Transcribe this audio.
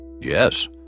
Yes